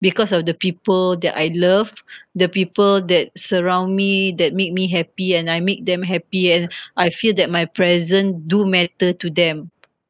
because of the people that I love the people that surround me that make me happy and I make them happy and I feel that my presence do matter to them